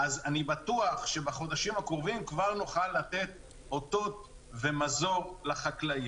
אני בטוח שבחודשים הקרובים כבר נוכל לתת מזור לחקלאים.